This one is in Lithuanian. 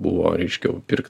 buvo reiškia pirkt